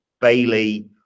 bailey